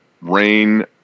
rain